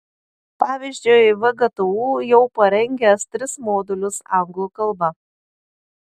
pavyzdžiui vgtu jau parengęs tris modulius anglų kalba